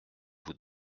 vous